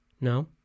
no